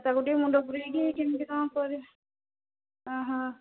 ତାକୁ ଟିକେ ମୁଣ୍ଡ ପୂରେଇକି କେମିତି କ'ଣ କରିକି ଆଃ ହା